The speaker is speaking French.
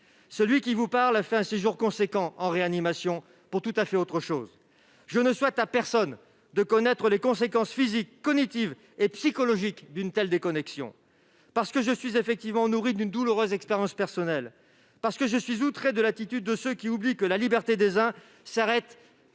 Celui qui vous parle a passé un long séjour en réanimation, pour tout à fait autre chose. Je ne souhaite à personne de connaître les conséquences physiques, cognitives et psychologiques d'une telle déconnexion. Parce que je suis effectivement nourri d'une douloureuse expérience personnelle, parce que je suis outré de l'attitude de ceux qui oublient que la liberté des uns s'arrête